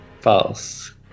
False